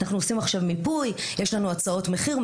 אנחנו עושים עכשיו מיפוי, יש לנו הצעות מחיר.